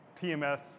TMS